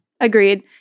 agreed